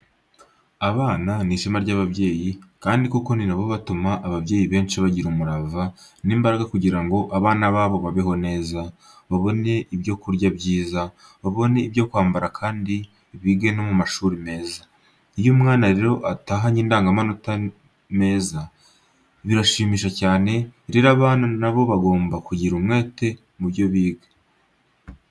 Abana ni ishema ry'ababyeyi kandi koko ni na bo batuma ababyeyi benshi bagira umurava n'imbaraga kugira ngo abana babo babeho neza, babone ibyo kurya byiza, babone ibyo kwambara kandi bige no mu mashuri meza. Iyo umwana rero atahanye indangamanota meza birashimisha cyane, rero abana na bo bagomba kugira umwete mu byo biga.